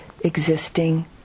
existing